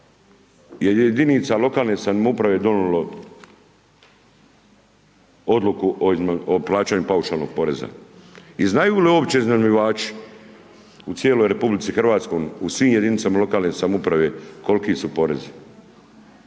jedinica lokalne samouprave je donijelo odluku o plaćanju paušalnog poreza? I znaju li uopće iznajmljivači u cijeloj RH, u svim jedinicama lokalne samouprave koliki su porezi?